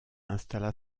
installa